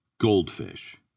Goldfish